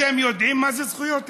אתם יודעים מה זה זכויות אזרח?